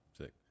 sick